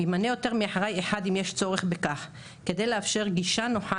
וימנה יותר מאחראי אחד אם יש צורך בכך כדי לאפשר גישה נוחה